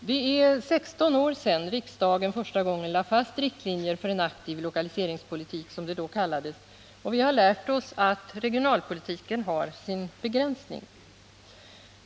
Det är 16 år sedan riksdagen första gången lade fast riktlinjer för en aktiv lokaliseringspolitik, som det då kallades. Och vi har lärt oss att regionalpolitiken har sin begränsning.